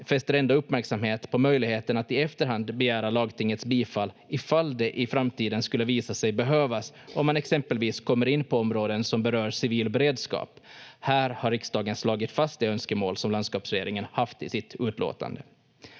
behandlingen uppmärksamhet på möjligheten att i efterhand begära lagtingets bifall ifall det i framtiden skulle visa sig behövas, om man exempelvis kommer in på områden som berör civilberedskap. Här har riksdagen slagit fast de önskemål som landskapsregeringen haft i sitt utlåtande.